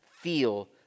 feel